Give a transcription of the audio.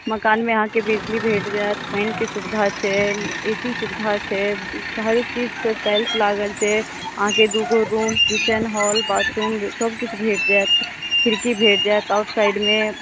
मकान मे अहाँ के बिजली भेट जायत पानि के सुविधा छै ए सी सुविधा छै हरेक चीज के सेल्फ लागल छै अहाँके दूगो रूम किचेन हॉल बाथरूम सब किछु भेट जायत खिड़की भेट जायत ऑफ साइडमे